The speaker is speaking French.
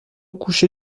coucher